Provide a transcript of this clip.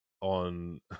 on